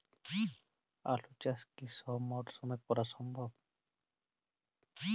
আলু চাষ কি সব মরশুমে করা সম্ভব?